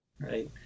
right